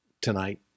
tonight